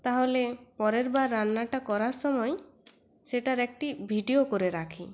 তাহলে পরেরবার রান্নাটা করার সময় সেটার একটি ভিডিও করে রাখি